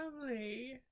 family